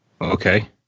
Okay